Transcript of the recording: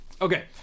Okay